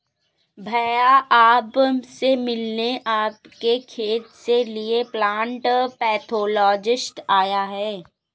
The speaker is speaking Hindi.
भैया आप से मिलने आपके खेत के लिए प्लांट पैथोलॉजिस्ट आया है